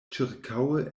ĉirkaŭe